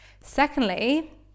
Secondly